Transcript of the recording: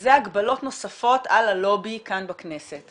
וזה הגבלות נוספות על הלובי כאן בכנסת.